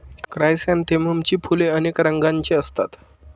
क्रायसॅन्थेममची फुले अनेक रंगांची असतात